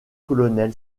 colonel